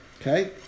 Okay